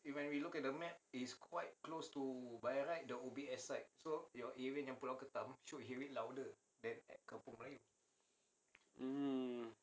mm